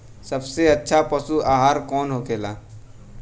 सबसे अच्छा पशु आहार कौन होखेला?